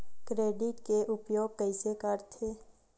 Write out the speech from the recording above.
Credit के उपयोग कइसे करथे?